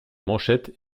manchettes